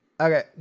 okay